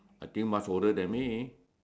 I think much older than me